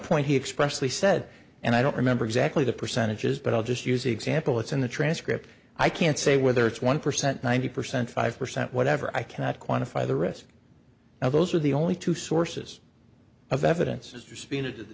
point he expressed he said and i don't remember exactly the percentages but i'll just use example it's in the transcript i can't say whether it's one percent ninety percent five percent whatever i cannot quantify the risk now those are the only two sources of evidence is